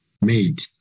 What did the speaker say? made